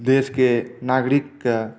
देश के नागरिक के